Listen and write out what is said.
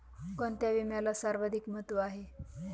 कोणता विम्याला सर्वाधिक महत्व आहे?